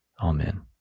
Amen